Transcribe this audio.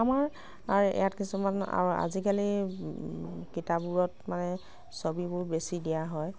আমাৰ ইয়াত কিছুমান আৰু আজিকালি কিতাপবোৰত মানে ছবিবোৰ বেছি দিয়া হয়